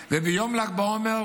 וביום ל"ג בעומר,